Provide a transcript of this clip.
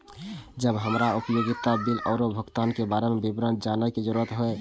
जब हमरा उपयोगिता बिल आरो भुगतान के बारे में विवरण जानय के जरुरत होय?